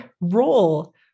role